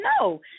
No